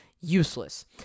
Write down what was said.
useless